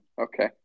Okay